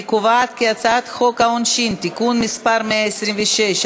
אני קובעת כי חוק העונשין (תיקון מס' 126),